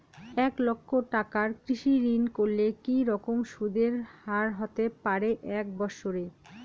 এক লক্ষ টাকার কৃষি ঋণ করলে কি রকম সুদের হারহতে পারে এক বৎসরে?